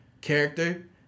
character